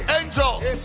angels